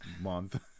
month